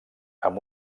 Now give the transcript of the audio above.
amb